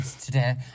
today